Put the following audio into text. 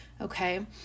okay